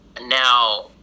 Now